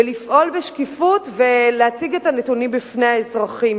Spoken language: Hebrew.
ולפעול בשקיפות ולהציג את הנתונים בפני האזרחים